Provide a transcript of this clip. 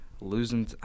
losing